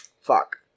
fuck